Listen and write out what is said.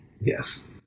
Yes